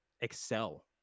excel